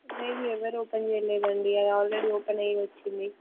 మేము ఎవరు ఓపెన్ చేయలేదండి అది ఆల్రెడీ ఓపెన్ అయ్య వచ్చింది